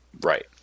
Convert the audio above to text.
right